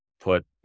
put